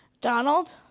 Donald